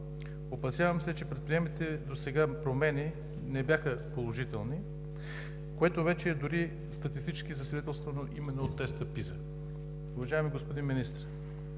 Опасявам се, че предприетите досега промени не бяха положителни, което вече дори статистически е засвидетелствано именно от теста PISA. Уважаеми господин Министър,